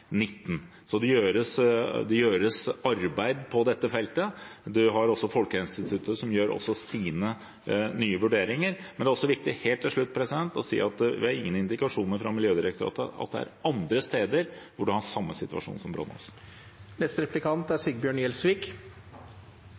det gjøres et arbeid på dette feltet. Folkehelseinstituttet gjør også sine nye vurderinger, men det er helt til slutt viktig å si at vi har ingen indikasjoner fra Miljødirektoratet på at det er andre steder hvor man har den samme situasjonen som på Brånåsen. Jeg synes det er